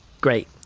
great